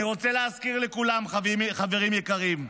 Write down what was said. אני רוצה להזכיר לכולם, חברים יקרים: